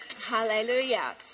hallelujah